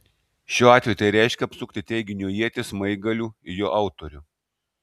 šiuo atveju tai reiškia apsukti teiginio ietį smaigaliu į jo autorių